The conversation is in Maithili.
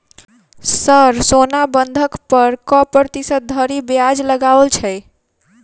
सर सोना बंधक पर कऽ प्रतिशत धरि ब्याज लगाओल छैय?